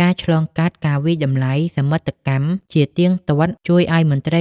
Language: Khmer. ការឆ្លងកាត់ការវាយតម្លៃសមិទ្ធកម្ម ជាទៀងទាត់ ជួយឱ្យមន្ត្រី